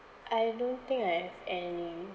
I don't think I have any